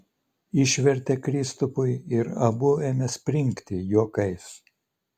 išvertė kristupui ir abu ėmė springti juokais